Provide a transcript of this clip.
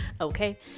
Okay